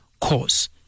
cause